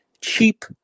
cheap